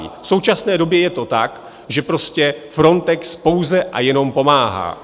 V současné době je to tak, že prostě Frontex pouze a jenom pomáhá.